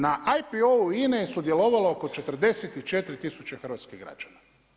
Na IPO INA-e je sudjelovalo oko 44 tisuće hrvatskih građana.